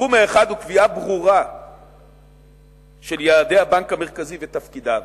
התחום האחד הוא קביעה ברורה של יעדי הבנק המרכזי ותפקידיו.